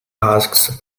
asks